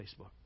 Facebook